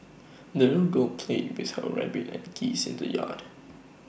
the little girl played with her rabbit and geese in the yard